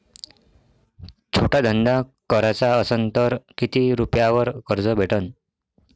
छोटा धंदा कराचा असन तर किती रुप्यावर कर्ज भेटन?